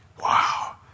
Wow